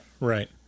Right